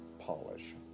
polish